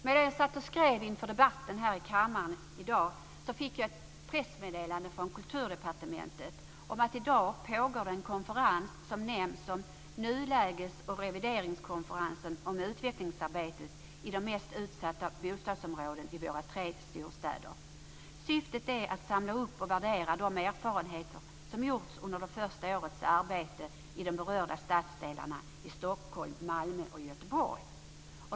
När jag satt och skrev inför debatten här i kammaren i dag fick jag ett pressmeddelande från Kulturdepartementet om att det i dag pågår en konferens som kallas Nuläges och revideringskonferensen om utvecklingsarbetet i de mest utsatta bostadsområdena i våra tre storstäder. Syftet är att samla upp och värdera de erfarenheter som gjorts under det första årets arbete i de berörda stadsdelarna i Stockholm, Malmö och Göteborg.